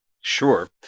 Sure